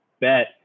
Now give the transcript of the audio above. bet